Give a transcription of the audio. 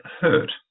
hurt